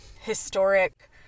historic